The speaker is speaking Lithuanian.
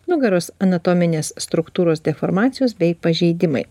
nugaros anatominės struktūros deformacijos bei pažeidimai